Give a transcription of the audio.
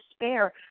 despair